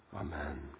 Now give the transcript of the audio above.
Amen